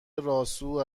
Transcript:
راسو